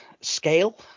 scale